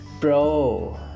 Bro